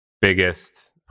biggest